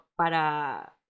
para